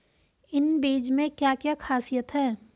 इन बीज में क्या क्या ख़ासियत है?